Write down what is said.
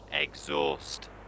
exhaust